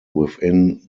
within